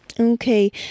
Okay